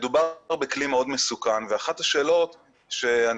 מדובר פה בכלי מאוד מסוכן ואחת השאלות שאני